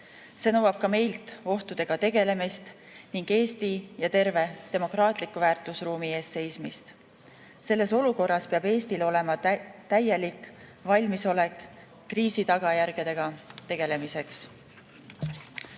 See nõuab ka meilt ohtudega tegelemist ning Eesti ja terve demokraatliku väärtusruumi eest seismist. Selles olukorras peab Eestil olema täielik valmisolek kriisi tagajärgedega tegelemiseks. Ukraina